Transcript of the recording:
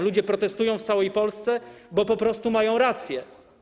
Ludzie protestują w całej Polsce, bo po prostu mają rację.